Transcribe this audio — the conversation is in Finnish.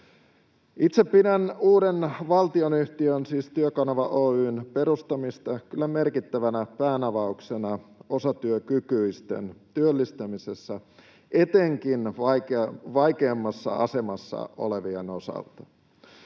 Itse pidän uuden valtionyhtiön, siis Työkanava Oy:n, perustamista kyllä merkittävänä päänavauksena osatyökykyisten työllistämisessä etenkin vaikeimmassa asemassa olevien osalta.